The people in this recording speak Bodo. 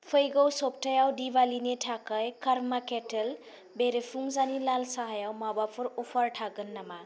फैगौ सब्थायाव दिवालीनि थाखाय कार्मा केटेल बेरेफुंजानि लाल साहायाव माबाफोर अफार थागोन नामा